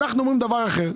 אנחנו אומרים דבר אחר.